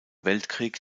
weltkrieg